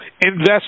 invest